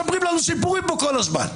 מספרים לנו סיפורים כל הזמן פה.